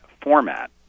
format